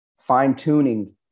fine-tuning